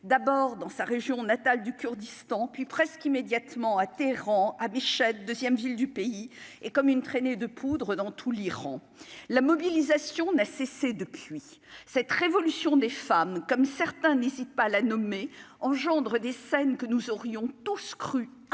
d'abord dans sa région natale du Kurdistan puis presque immédiatement à Téhéran à Mechhed 2ème ville du pays, et comme une traînée de poudre dans tout l'Iran, la mobilisation n'a cessé depuis cette révolution des femmes comme certains n'hésitent pas la nommer, engendre des scènes que nous aurions tous cru